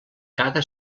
cada